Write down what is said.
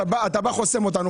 אתה חוסם אותנו,